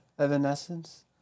Evanescence